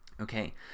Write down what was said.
Okay